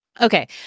Okay